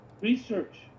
Research